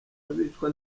abicwa